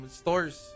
stores